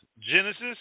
Genesis